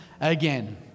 again